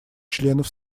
членов